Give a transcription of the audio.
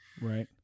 Right